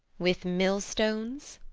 with millstones.